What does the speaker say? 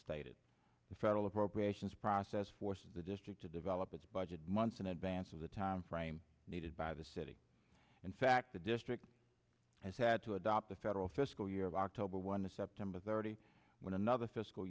stated the federal appropriations process forces the district to develop its budget months in advance of the timeframe needed by the city in fact the district has had to adopt the federal fiscal year of october one to september thirty one another